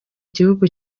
gihugu